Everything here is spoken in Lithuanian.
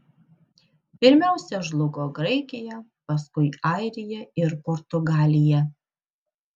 pirmiausia žlugo graikija paskui airija ir portugalija